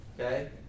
okay